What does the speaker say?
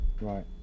Right